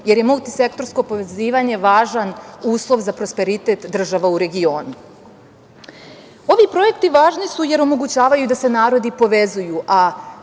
jer je multisektorsko povezivanje važan uslov za prosperitet država u regionu. Ovi projekti su važni jer omogućavaju da se narodi povezuju,